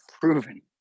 proven